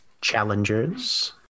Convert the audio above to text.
challengers